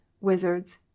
wizards